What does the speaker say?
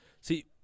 See